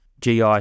GI